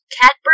catbird